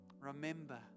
Remember